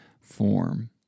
form